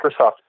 Microsoft